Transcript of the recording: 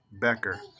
Becker